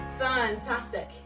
fantastic